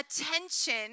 attention